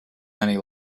many